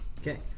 Okay